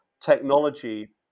technology